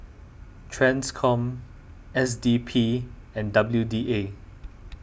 Transcom S D P and W D A